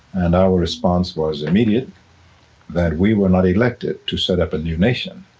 and our response was immediate that we were not elected to set up a new nation.